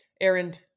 errand